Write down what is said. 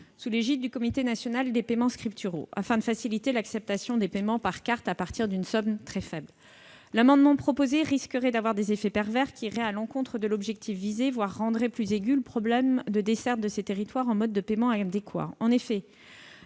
sous l'égide du Comité national des paiements scripturaux, afin de faciliter l'acceptation des paiements par carte à partir d'une somme très faible. Les dispositions proposées risqueraient d'avoir des effets pervers : en définitive, elles iraient à l'encontre du but visé et pourraient rendre plus aigu le problème de desserte de ces territoires en modes de paiement adéquats.